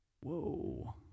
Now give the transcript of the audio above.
Whoa